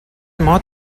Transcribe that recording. mot